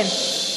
כן.